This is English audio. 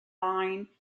line